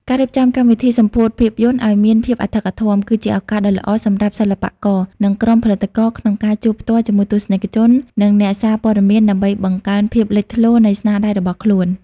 ការរៀបចំកម្មវិធីសម្ពោធភាពយន្តឱ្យមានភាពអធិកអធម គឺជាឱកាសដ៏ល្អសម្រាប់សិល្បករ និងក្រុមផលិតករក្នុងការជួបផ្ទាល់ជាមួយទស្សនិកជន និងអ្នកសារព័ត៌មានដើម្បីបង្កើនភាពលេចធ្លោនៃស្នាដៃរបស់ខ្លួន។